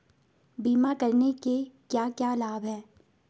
बीमा करने के क्या क्या लाभ हैं?